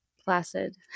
placid